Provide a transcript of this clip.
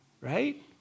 right